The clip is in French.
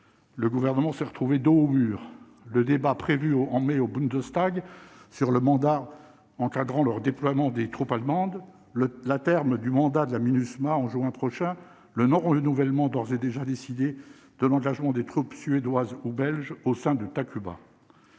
le gouvernement s'est retrouvé dos au mur, le débat prévu en mai au Bundestag sur le mandat encadrant leur déploiement des troupes allemandes le le terme du mandat de la Minusma en juin prochain le nom le nouvellement d'ores et déjà décidé de l'engagement des troupes suédoises ou belge au sein de Takuba